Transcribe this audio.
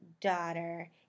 daughter